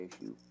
issue